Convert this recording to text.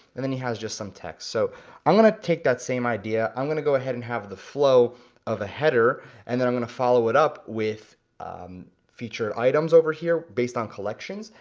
and then he has just some text. so i'm gonna take that same idea, i'm gonna go ahead and have the flow of a header, and then i'm gonna follow it up with featured items over here based on collections,